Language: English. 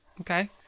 okay